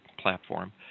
platform